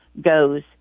goes